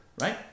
right